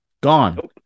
Gone